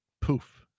poof